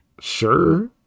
sure